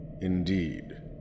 Indeed